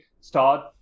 start